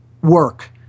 work